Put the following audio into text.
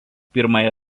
pirmąją